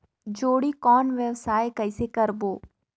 जोणी कौन व्यवसाय कइसे करबो?